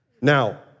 Now